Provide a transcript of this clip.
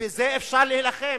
בזה אפשר להילחם.